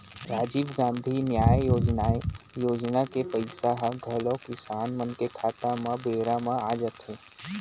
राजीव गांधी न्याय योजनाए योजना के पइसा ह घलौ किसान मन के खाता म बेरा म आ जाथे